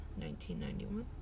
1991